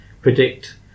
predict